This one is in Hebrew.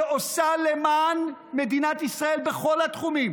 שעושה למען מדינת ישראל בכל התחומים.